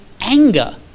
anger